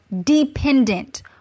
dependent